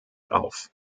auf